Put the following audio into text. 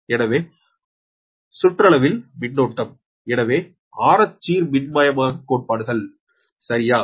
எனவே சுற்றளவில் மின்னோட்டம் எனவே ஆரச்சீர் மின்பாயக் கோடுகள் சரியா